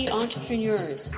entrepreneurs